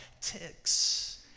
ticks